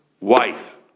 wife